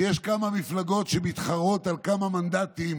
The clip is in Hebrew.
יש כמה מפלגות שמתחרות על כמה מנדטים